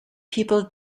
people